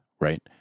right